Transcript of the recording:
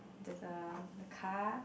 there's a the car